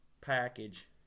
package